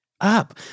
up